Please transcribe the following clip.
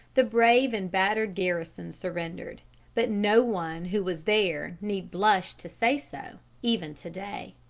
the brave and battered garrison surrendered but no one who was there need blush to say so, even to-day.